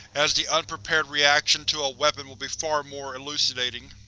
as the unprepared reaction to a weapon will be far more elucidating.